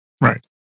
right